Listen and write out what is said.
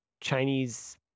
Chinese